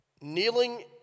kneeling